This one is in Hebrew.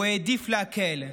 הוא העדיף להקל.